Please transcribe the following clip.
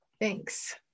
Thanks